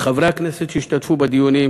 לחברי הכנסת שהשתתפו בדיונים,